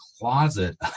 closet